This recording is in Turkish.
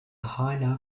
hâlâ